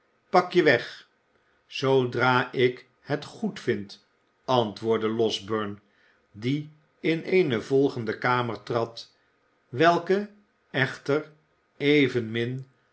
pak je weg zoodra ik het goedvind antwoordde losberne die in eene volgende kamer trad welke echter evenmin